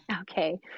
Okay